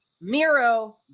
Miro